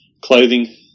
clothing